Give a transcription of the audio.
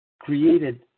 created